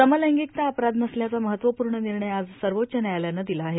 समलैंगिकता अपराध नसल्याचा महत्वपूर्ण निर्णय आज सर्वोच्च न्यायालयानं दिला आहे